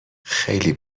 خیلی